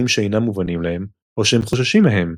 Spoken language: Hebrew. שאינם מובנים להם או שהם חוששים מהם?.